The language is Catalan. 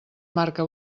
marca